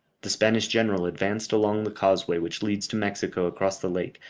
the spanish general advanced along the causeway which leads to mexico across the lake,